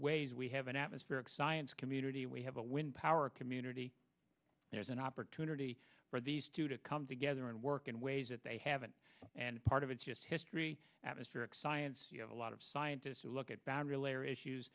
ways we have an atmospheric science community we have a wind power community there's an opportunity for these two to come together and work in ways that they haven't and part of it's just history atmospheric science you have a lot of scientists who look at